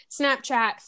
Snapchat